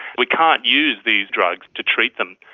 we can't use these drugs to treat them.